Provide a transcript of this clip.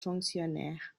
fonctionnaires